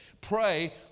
pray